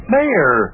Mayor